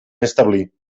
establir